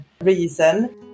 reason